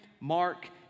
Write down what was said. Mark